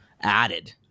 added